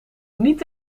niet